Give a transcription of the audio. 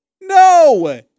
No